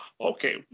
Okay